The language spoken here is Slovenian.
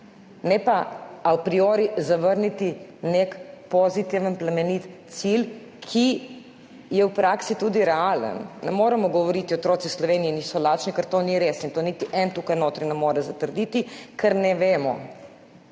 ne pa a priori zavrniti nek pozitiven, plemenit cilj, ki je v praksi tudi realen. Ne moremo govoriti, otroci v Sloveniji niso lačni, ker to ni res in tega niti eden v tej dvorani ne more zatrditi, ker ne vemo.